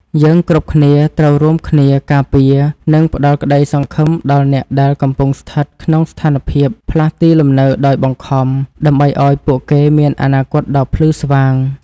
យើងគ្រប់គ្នាត្រូវរួមគ្នាការពារ និងផ្តល់ក្តីសង្ឃឹមដល់អ្នកដែលកំពុងស្ថិតក្នុងស្ថានភាពផ្លាស់ទីលំនៅដោយបង្ខំ ដើម្បីឱ្យពួកគេមានអនាគតដ៏ភ្លឺស្វាង។